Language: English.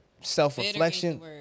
self-reflection